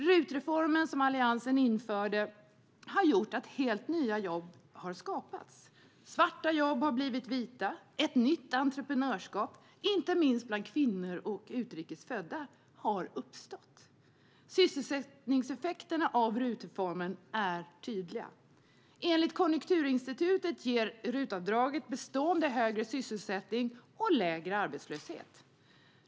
RUT-reformen, som Alliansen införde, har gjort att helt nya jobb har skapats. Svarta jobb har blivit vita, och ett nytt entreprenörskap, inte minst bland kvinnor och utrikes födda, har uppstått. Sysselsättningseffekterna av RUT-reformen är tydliga. Enligt Konjunkturinstitutet ger RUT-avdraget bestående högre sysselsättning och lägre arbetslöshet.